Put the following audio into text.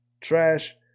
trash